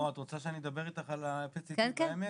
את רוצה שאני אדבר איתך על ה-PET CT של העמק?